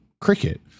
cricket